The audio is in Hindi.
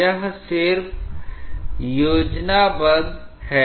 यह सिर्फ योजनाबद्ध है